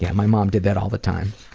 yeah my mom did that all the time.